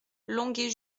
longué